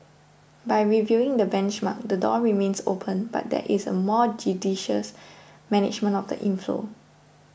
by reviewing the benchmark the door remains open but there is a more judicious management of the inflow